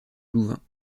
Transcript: louvain